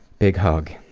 big hug